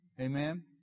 Amen